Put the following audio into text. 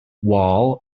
wall